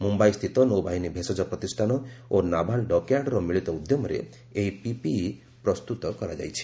ମୁମ୍ବାଇ ସ୍ଥିତ ନୌବାହିନୀ ଭେଷଜ ପ୍ରତିଷ୍ଠାନ ଓ ନାଭାଲ ଡକ୍ୟାର୍ଡର ମିଳିତ ଉଦ୍ୟମରେ ଏହି ପିପିଇ ପ୍ରସ୍ତୁତ କରାଯାଇଛି